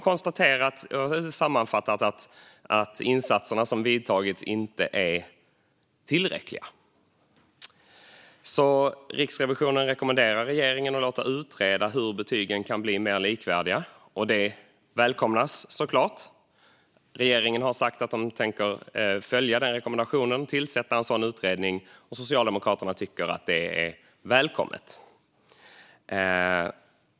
Den har sammanfattat att de insatser som har vidtagits inte är tillräckliga. Riksrevisionen rekommenderar regeringen att låta utreda hur betygen kan bli mer likvärdiga. Det välkomnas såklart. Regeringen har sagt att den tänker följa den rekommendationen och tillsätta en sådan utredning. Socialdemokraterna tycker att det är välkommet.